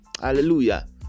hallelujah